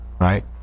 right